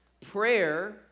Prayer